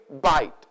bite